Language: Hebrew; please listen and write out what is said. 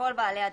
לכל בעלי הדירות.